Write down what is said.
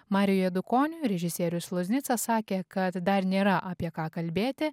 mariju eidukoniu režisierius loznitsas sakė kad dar nėra apie ką kalbėti